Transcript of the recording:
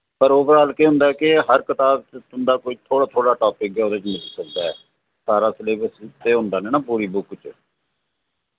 पर ओवरआल केह् होंदा के हर कताब तुंदा कोई थोह्ड़ा थोह्ड़ा टापिक गै ओह्दे च मिली सकदा ऐ सारा सलेबस ते होंदा निं ना पूरी बुक च